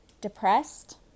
depressed